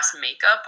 makeup